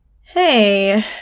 Hey